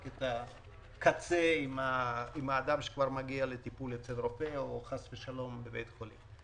את הקצה עם אדם שכבר מגיע לטיפול אצל רופא או חס ושלום לבית חולים.